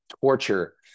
torture